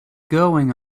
going